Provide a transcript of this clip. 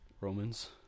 Romans